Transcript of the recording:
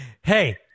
hey